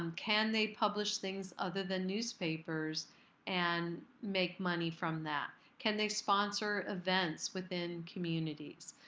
um can they publish things other than newspapers and make money from that? can they sponsor events within communities?